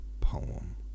poem